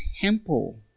temple